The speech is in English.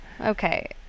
Okay